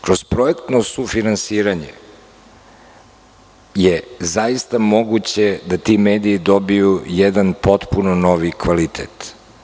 Kroz projektno sufinansiranje je zaista moguće da ti mediji dobiju jedan potpuno novi kvalitet.